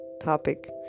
topic